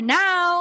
now